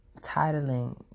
Titling